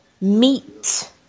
meat